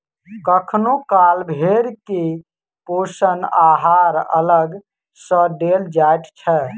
कखनो काल भेंड़ के पोषण आहार अलग सॅ देल जाइत छै